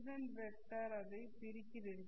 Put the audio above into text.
incident vector அதை பிரிக்கிறீர்கள்